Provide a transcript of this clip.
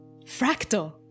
Fractal